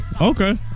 Okay